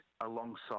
alongside